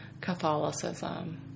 Catholicism